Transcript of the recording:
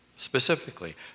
Specifically